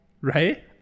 Right